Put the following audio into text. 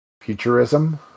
futurism